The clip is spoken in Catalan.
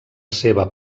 seva